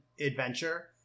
adventure